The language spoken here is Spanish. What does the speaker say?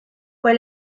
fue